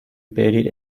برید